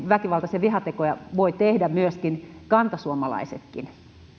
väkivaltaisia vihatekoja voivat tehdä kantasuomalaisetkin